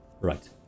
Right